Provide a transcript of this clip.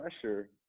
pressure